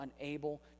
unable